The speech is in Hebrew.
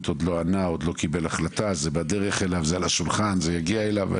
אני עדיין אשמח להציג את זה בכמה דקות כשיתאפשר.